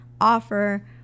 offer